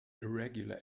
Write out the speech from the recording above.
irregular